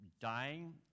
dying